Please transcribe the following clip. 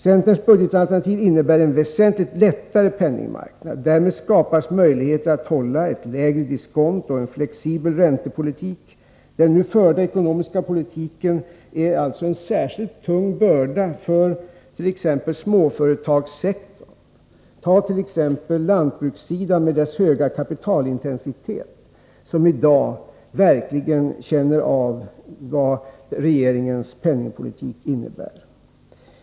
Centerns budgetalternativ innebär en väsentligt lättare penningmarknad. Därmed skapas möjligheter att hålla ett lägre diskonto och föra en flexibel räntepolitik. Den nu förda ekonomiska politiken är en särskilt tung börda för t.ex. småföretagssektorn. Ta t.ex. lantbrukssidan med dess höga kapitalintensitet, som i dag verkligen känner av vad regeringens penningpolitik innebär.